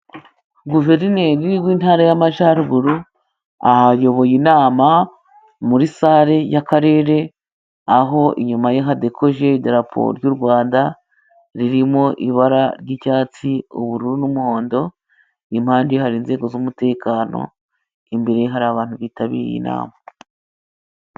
Guverineri w'intara y'Amajyaruguru ayoboye inama muri sale y'Akarere, aho inyuma ye hadekojede idarapo ry'u Rwanda ririmo ibara ry'icyatsi, ubururu, n'umuhondo. Impande hari inzego z'umutekano, imbere ye hari abantu bitabiriye inama.